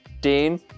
Dean